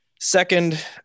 second